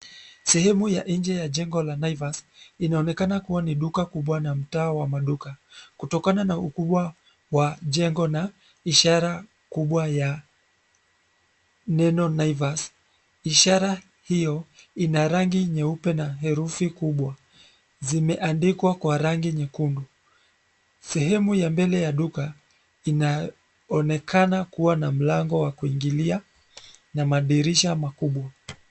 Sehemu ya nje ya jengo la Naivas, inaonekana kuwa ni duka kubwa na mtaa wa maduka, kutokana na ukubwa, wa jengo na, ishara, kubwa ya, neno Naivas, ishara, hio, ina rangi nyeupe na herufi kubwa, zimeandikwa kwa rangi nyekundu, sehemu ya mbele ya duka, inaonekana kuwa na mlango wa kuingilia, na madirisha makubwa.